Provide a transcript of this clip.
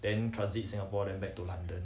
then transit singapore than back to london